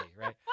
right